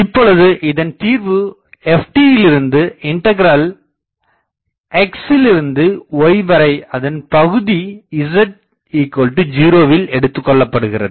இப்பொழுது இதன்தீர்வு ft யிலிருந்து இண்டகிரல் x லிருந்து y வரை அதன் பகுதி z0வில் எடுத்துக்கொள்ளப்படுகிறது